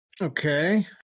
Okay